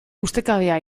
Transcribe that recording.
ustekabea